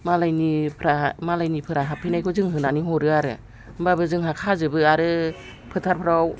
मालायनिफ्रा मालायनिफोरा हाबफैनायखौ जों होनानै हरो आरो होनबाबो जोंहा खाजोबो आरो फोथारफ्राव